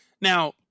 now